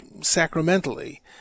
sacramentally